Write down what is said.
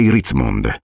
Ritzmond